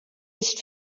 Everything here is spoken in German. ist